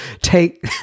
take